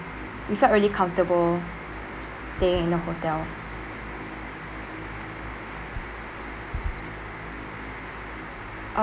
we felt really comfortable staying in the hotel